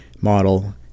model